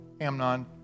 Amnon